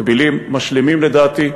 מקבילים, משלימים לדעתי,